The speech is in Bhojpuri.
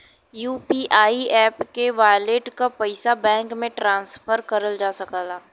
यू.पी.आई एप के वॉलेट क पइसा बैंक में ट्रांसफर करल जा सकला